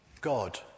God